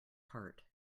heart